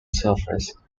surface